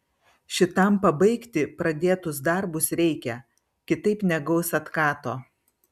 šitam pabaigti pradėtus darbus reikia kitaip negaus atkato